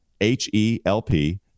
H-E-L-P